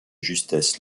justesse